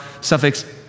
suffix